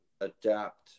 adapt